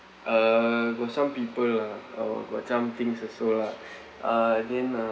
uh for some people lah or for somethings also lah uh then uh